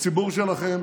בציבור שלכם,